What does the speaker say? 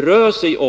valde.